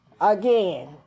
Again